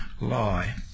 lie